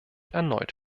erneut